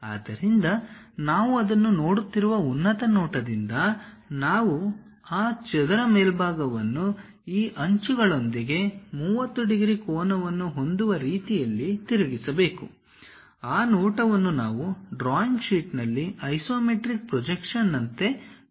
ಆದ್ದರಿಂದ ನಾವು ಅದನ್ನು ನೋಡುತ್ತಿರುವ ಉನ್ನತ ನೋಟದಿಂದ ನಾವು ಆ ಚದರ ಮೇಲ್ಭಾಗವನ್ನು ಈ ಅಂಚುಗಳೊಂದಿಗೆ 30 ಡಿಗ್ರಿ ಕೋನವನ್ನು ಹೊಂದುವ ರೀತಿಯಲ್ಲಿ ತಿರುಗಿಸಬೇಕು ಆ ನೋಟವನ್ನು ನಾವು ಡ್ರಾಯಿಂಗ್ ಶೀಟ್ನಲ್ಲಿ ಐಸೊಮೆಟ್ರಿಕ್ ಪ್ರೊಜೆಕ್ಷನ್ನಂತೆ ಪ್ರಸ್ತುತಪಡಿಸಬೇಕು